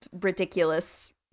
ridiculous